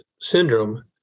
syndrome